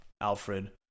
Alfred